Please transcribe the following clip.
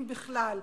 אם בכלל,